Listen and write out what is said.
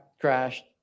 crashed